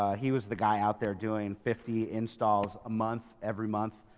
ah he was the guy out there doing fifty installs a month, every month.